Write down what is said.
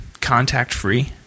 contact-free